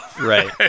Right